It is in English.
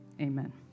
amen